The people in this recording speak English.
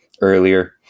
earlier